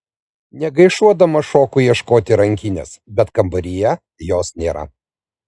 negaišuodama šoku ieškoti rankinės bet kambaryje jos nėra